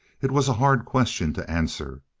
it was a hard question to answer.